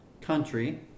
country